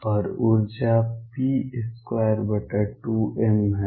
और ऊर्जा p22m है